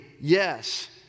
Yes